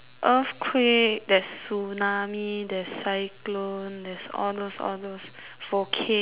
earthquake there's tsunami there's cyclone there's all those all those volcano